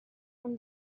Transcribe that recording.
when